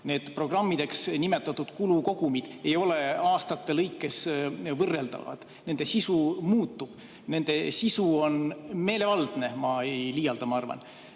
need programmideks nimetatud kulukogumid ei ole aastate lõikes võrreldavad, nende sisu muutub, nende sisu on meelevaldne. Ma ei liialda, ma arvan.